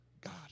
God